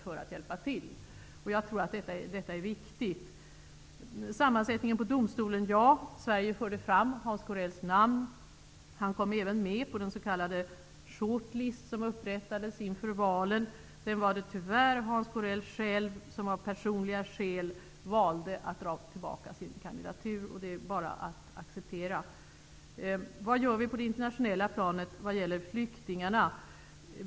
När det gäller domstolens sammansättning förde Sverige fram Hans Corells namn. Hans namn fanns även med på den s.k. short-list som upprättades inför valet. Sedan var det Hans Corell själv som av personliga skäl tyvärr valde att dra tillbaka sin kandidatur, och det är bara att acceptera. Hans Göran Franck undrade vad vi gör på det internationella planet i fråga om flyktingar.